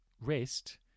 rest